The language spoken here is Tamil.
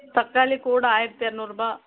தக்காளி கூடை ஆயிரத்து இருநூறுபா